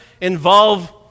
involve